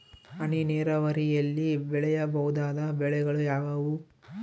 ಹನಿ ನೇರಾವರಿಯಲ್ಲಿ ಬೆಳೆಯಬಹುದಾದ ಬೆಳೆಗಳು ಯಾವುವು?